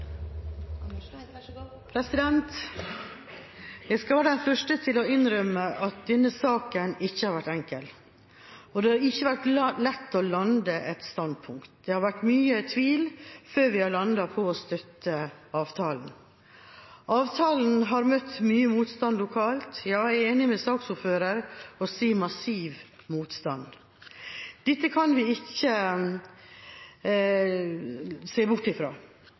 Jeg skal være den første til å innrømme at denne saken ikke har vært enkel, og det har ikke vært lett å lande et standpunkt. Det har vært mye tvil før vi har landet på å støtte avtalen. Avtalen har møtt mye motstand lokalt – ja, jeg er enig med saksordføreren og vil si massiv motstand. Dette kan vi ikke se bort